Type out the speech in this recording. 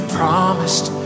promised